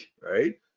right